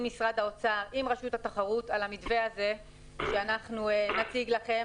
משרד האוצר ועם רשות התחרות על המתווה הזה שנציג לכם.